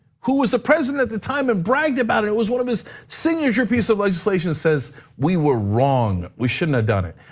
who was the president at the time and bragged about it, it was one of his signature pieces of legislation, says we were wrong, we shouldn't have done it.